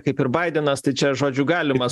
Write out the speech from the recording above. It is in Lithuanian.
kaip ir baidenas tai čia žodžiu galima